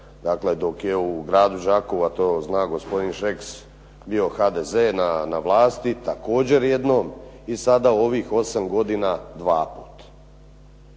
dok je u gradu Đakovu, a to zna gospodin Šeks bio HDZ na vlasti također jednom i sada ovih 8 godina 2 puta.